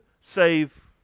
save